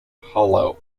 hollow